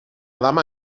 dama